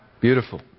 Beautiful